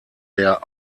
der